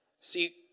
See